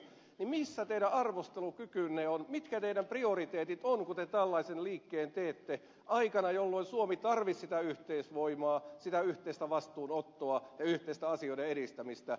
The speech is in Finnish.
missä teidän arvostelukykynne on mitkä teidän prioriteettinne ovat kun te tällaisen liikkeen teette aikana jolloin suomi tarvitsee sitä yhteisvoimaa sitä yhteistä vastuunottoa ja yhteistä asioiden edistämistä